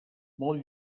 molt